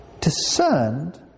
discerned